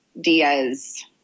diaz